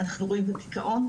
אנחנו רואים גם דיכאון,